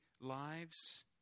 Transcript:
lives